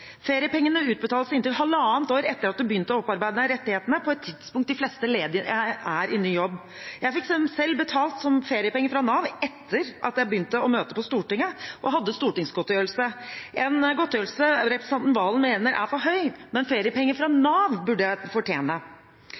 Feriepengene utbetales inntil halvannet år etter at en begynte å opparbeide seg rettighetene, på et tidspunkt de fleste ledige er i ny jobb. Jeg fikk selv utbetalt feriepenger fra Nav etter at jeg begynte å møte på Stortinget og hadde stortingsgodtgjørelse – en godtgjørelse representanten Valen mener er for høy, men feriepenger fra Nav burde jeg fortjene.